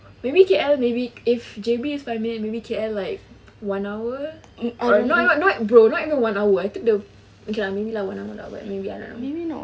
maybe K_L maybe if J_B is five minutes maybe K_L like one hour oh not not not even one hour I think the okay lah maybe one hour lah maybe if I not wrong